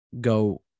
go